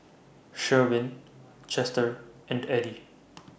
Sherwin Chester and Eddie